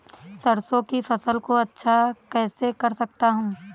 सरसो की फसल को अच्छा कैसे कर सकता हूँ?